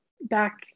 back